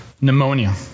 pneumonia